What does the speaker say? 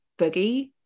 boogie